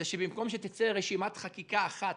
במקום שתצא רשימת חקיקה אחת,